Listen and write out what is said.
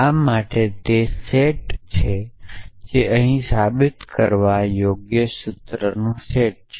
આ મારે તે સેટ છે તે અહીં સાબિત કરવા યોગ્ય સૂત્રોનો સેટ છે